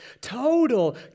total